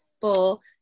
full